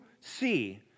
see